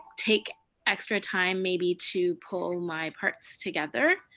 take extra time maybe to pull my parts together.